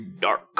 dark